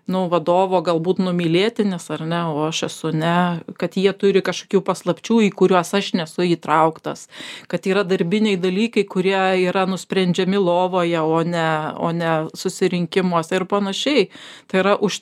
nu vadovo galbūt numylėtinis ar ne o aš esu ne kad jie turi kažkokių paslapčių į kuriuos aš nesu įtrauktas kad yra darbiniai dalykai kurie yra nusprendžiami lovoje o ne o ne susirinkimuose ir panašiai tai yra už